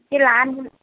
की लहान मूल